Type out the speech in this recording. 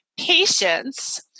patience